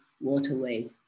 waterway